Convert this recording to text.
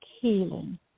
healing